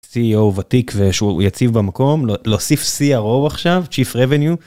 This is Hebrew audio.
CEO ותיק ושהוא יציב במקום להוסיף CRO עכשיו,